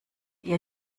ihr